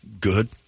good